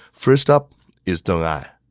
first up is deng ai